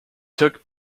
took